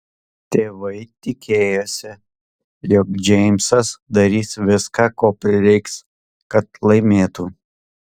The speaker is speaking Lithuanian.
tėvai tikėjosi jog džeimsas darys viską ko prireiks kad laimėtų